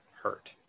hurt